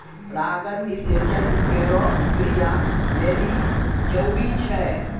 परागण निषेचन केरो क्रिया लेलि जरूरी छै